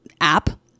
app